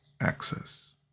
Access